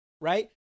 right